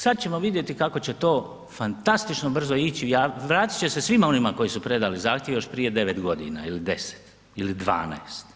Sad ćemo vidjeti kako će to fantastično brzo ići, vratit će se svima onima koji su predali zahtjev još prije 9 godina ili 10 ili 12.